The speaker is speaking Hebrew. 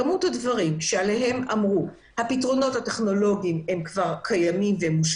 כמות הדברים שעליהם אמרו: הפתרונות הטכנולוגיים הם מושלמים,